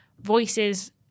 voices